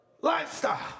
Lifestyle